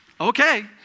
okay